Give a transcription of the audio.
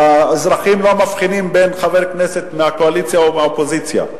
והאזרחים לא מבחינים בין חבר כנסת מהקואליציה לחבר כנסת מהאופוזיציה,